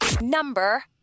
Number